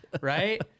right